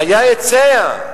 היה היצע.